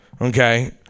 Okay